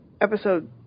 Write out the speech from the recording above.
episode